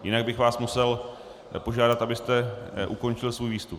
Jinak bych vás musel požádat, abyste ukončil svůj výstup.